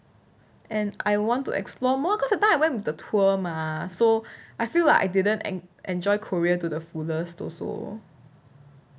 and I want to explore more because I went with the tour mah so I feel like I didn't and en~ enjoy korea to the fullest also